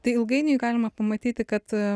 tai ilgainiui galima pamatyti kad